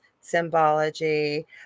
symbology